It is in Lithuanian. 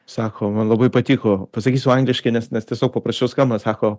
sako man labai patiko pasakysiu angliškai nes nes tiesiog paprasčiau skamba sako